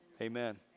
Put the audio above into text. Amen